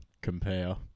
compare